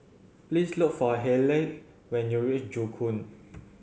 please look for Hayleigh when you reach Joo Koon